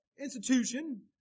institution